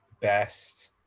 best